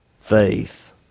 faith